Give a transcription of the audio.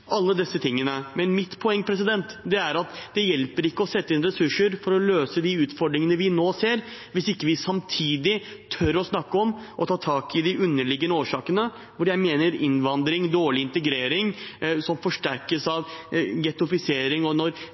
alle disse tingene. Men mitt poeng er at det ikke hjelper å sette inn ressurser for å løse de utfordringene vi nå ser, hvis vi ikke samtidig tør å snakke om og ta tak i de underliggende årsakene – innvandring, dårlig integrering, som forsterkes av gettofisering – og når